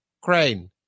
crane